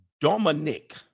Dominic